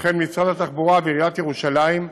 וכן משרד התחבורה ועיריית ירושלים,